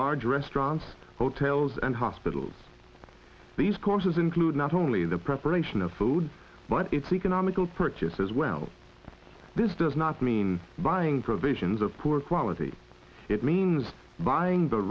large restaurants hotels and hospitals these courses include not only the preparation of food but its economical purchase as well this does not mean buying provisions of poor quality it means buying the